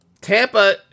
Tampa